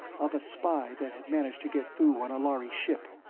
of a spy that had managed to get through on a lhari ship.